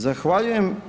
Zahvaljujem.